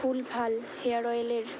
ভুলভাল হেয়ার অয়েলের